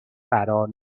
قرار